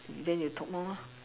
then you talk more ah